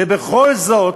ובכל זאת,